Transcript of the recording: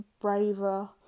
braver